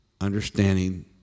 understanding